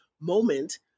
moment